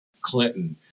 Clinton